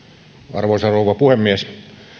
arvoisa rouva puhemies